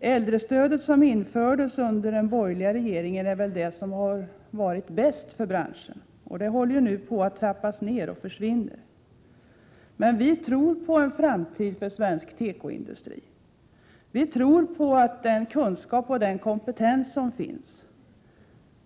Äldrestödet, som infördes under den borgerliga regeringen, är väl det som har varit bäst för branschen, och det håller nu på att trappas ned och försvinna. Vi tror på en framtid för svensk tekoindustri. Vi tror på den kunskap och kompetens som finns.